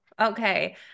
okay